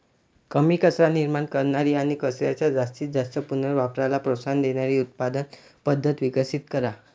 कमी कचरा निर्माण करणारी आणि कचऱ्याच्या जास्तीत जास्त पुनर्वापराला प्रोत्साहन देणारी उत्पादन पद्धत विकसित करा